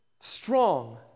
strong